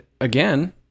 again